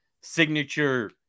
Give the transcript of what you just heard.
signature